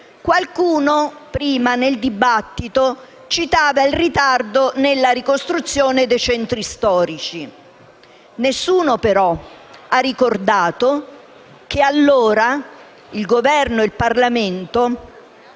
Qualcuno durante il dibattito ha citato il ritardo nella ricostruzione dei centri storici. Nessuno, però, ha ricordato che allora il Governo e il Parlamento non vollero